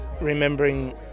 remembering